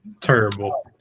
Terrible